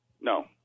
No